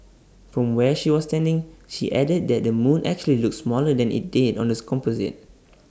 from where she was standing she added that the moon actually looked smaller than IT did on the composite